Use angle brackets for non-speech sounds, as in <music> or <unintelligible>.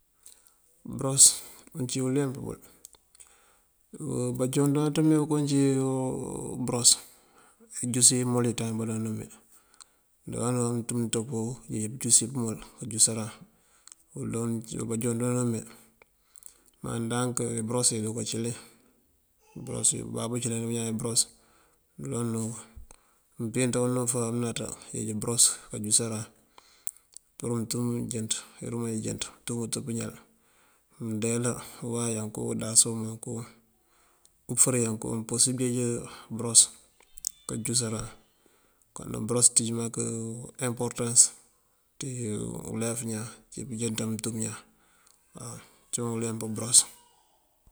Bëros uncí uleemp bël <hesitation> banjon jooţ mee koowí uncí <hesitation> bëros, ijúsi imul yun ţañ iliyu joon mee. Ajoonjá muntum ţop buwijúsi pëmul kanjúsëran wul wí banjon doonun mee. Má ndank bëros iyí aruka cëli, <noise> bababú cëlani bañaan bëros. <unintelligible> mënpíinţ onú kafá amënaţa kënjeej bëros kanjúsëran pur intumu jënţ, irúmaj jënţ tú iwët pëñal. Mëndeela uwayanku ndasomanku ofëriyanku mëmpurësir pënjeej bëros kanjúsëna. Kon bëros ţínj bank emporëntans ţí ulef iñaan, ţí pënjënţ muntum iñaan waw. Cíwun uleemp bëros. <noise>